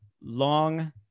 Long